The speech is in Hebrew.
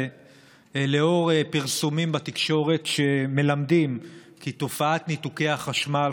לאור פרסומים בתקשורת שמלמדים כי תופעת ניתוקי החשמל,